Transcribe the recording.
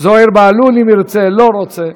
זוהיר בהלול, אם ירצה, לא רוצה.